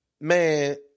Man